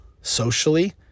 socially